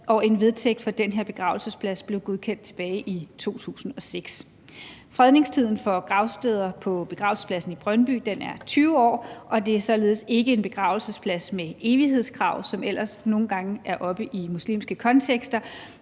og en vedtægt for den her begravelsesplads blev godkendt tilbage i 2006. Fredningstiden for gravsteder på begravelsespladsen i Brøndby er 20 år, og det er således ikke en begravelsesplads med evighedskrav, som ellers nogle gange er oppe i en muslimsk kontekst.